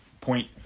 point